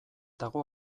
dago